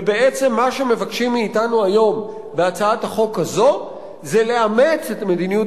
ובעצם מה שמבקשים מאתנו היום בהצעת החוק הזו זה לאמץ את מדיניות